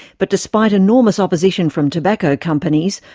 but despite enormous opposition from tobacco companies,